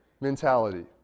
mentality